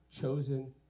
chosen